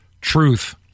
truth